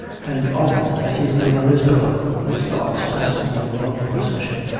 and often as he lay on his pillow, his thoughts passing in long procession,